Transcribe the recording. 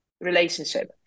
relationship